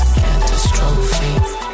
catastrophe